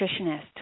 nutritionist